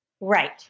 Right